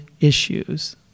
issues